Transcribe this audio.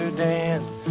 dance